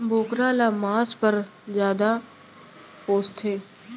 बोकरा ल मांस पर जादा पोसथें